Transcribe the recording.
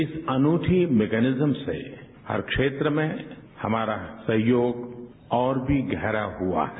इस अनूठी मैंकोनिज्म से हर क्षेत्र में हमारा सहयोग और भी गहरा हुआ है